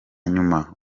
nyuma